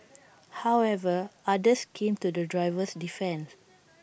however others came to the driver's defence